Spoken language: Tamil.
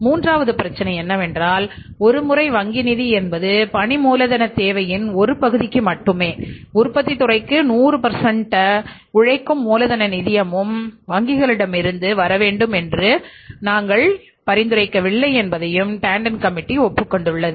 மூன்றாவது பிரச்சனை என்னவென்றால் ஒரு முறை வங்கி நிதி என்பது பணி மூலதனத் தேவையின் ஒரு பகுதிக்கு மட்டுமே உற்பத்தித் துறைக்கு 100 உழைக்கும் மூலதன நிதியமும் வங்கிகளிடமிருந்து வர வேண்டும் என்று நாங்கள் பரிந்துரைக்கவில்லை என்பதையும் டேண்டன் கமிட்டி ஒப்புக் கொண்டுள்ளது